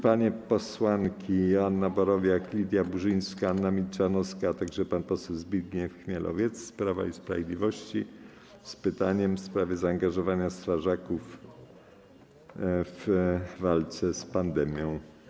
Panie posłanki Joanna Borowiak, Lidia Burzyńska, Anna Milczanowska, a także pan poseł Zbigniew Chmielowiec z Prawa i Sprawiedliwości zadają pytanie w sprawie zaangażowania strażaków w walkę z pandemią.